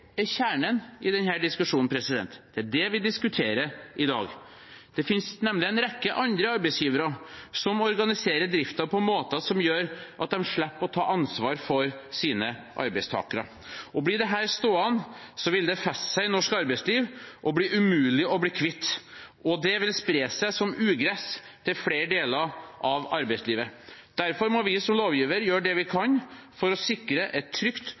kjernen i denne diskusjonen. Det er det vi diskuterer i dag. Det finnes nemlig en rekke andre arbeidsgivere som organiserer driften på måter som gjør at de slipper å ta ansvar for sine arbeidstakere. Blir dette stående, vil det feste seg i norsk arbeidsliv og bli umulig å bli kvitt. Det vil spre seg som ugress til flere deler av arbeidslivet. Derfor må vi som lovgiver gjøre det vi kan for å sikre et trygt